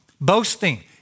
Boasting